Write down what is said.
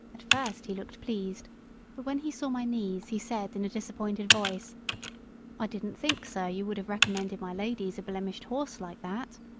at first he looked pleased but when he saw my knees he said in a disappointed voice i didn't think, sir, you would have recommended my ladies a blemished horse like that.